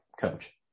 coach